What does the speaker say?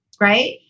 right